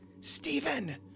Stephen